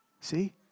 see